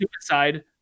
suicide